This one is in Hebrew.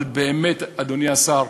אבל באמת, אדוני השר,